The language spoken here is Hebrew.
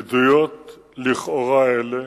עדויות לכאורה אלה